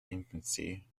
infancy